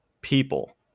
people